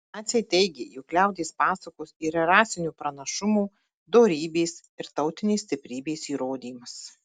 naciai teigė jog liaudies pasakos yra rasinio pranašumo dorybės ir tautinės stiprybės įrodymas